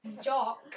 Jock